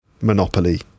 Monopoly